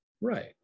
right